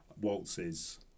Waltzes